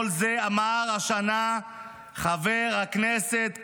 את כל זה אמר השנה חבר הכנסת קלנר,